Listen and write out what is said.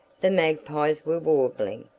the magpies were warbling,